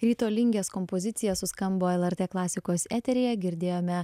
ryto lingės kompozicija suskambo lrt klasikos eteryje girdėjome